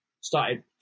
started